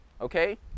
Okay